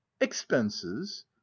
expenses